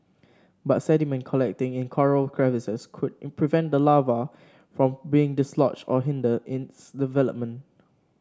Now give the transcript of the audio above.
but sediment collecting in coral crevices could prevent the larva from being dislodged or hinder its development